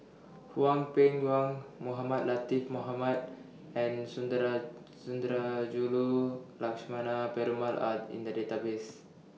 Hwang Peng Yuan Mohamed Latiff Mohamed and Sundarajulu Lakshmana Perumal Are in The Database